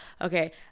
okay